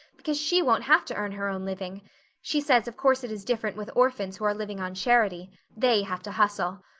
because she won't have to earn her own living she says of course it is different with orphans who are living on charity they have to hustle.